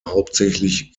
hauptsächlich